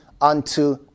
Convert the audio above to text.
unto